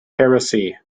heresy